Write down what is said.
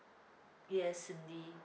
yes cindy